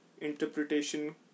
interpretation